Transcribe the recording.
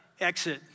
exit